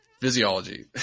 Physiology